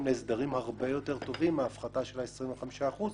להסדרים הרבה יותר טובים מההפחתה של ה-25%,